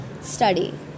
study